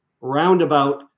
roundabout